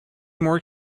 more